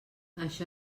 això